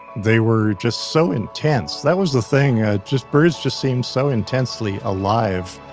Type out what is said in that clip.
they were just so intense. that was the thing, ah just birds just seemed so intensely alive,